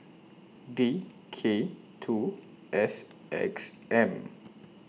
D K two S X M